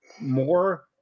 more